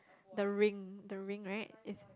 the ring the ring right